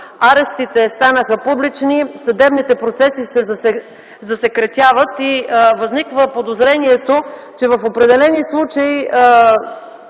арестите станаха публични, съдебните процеси се засекретяват и възниква подозрението, че в определени случаи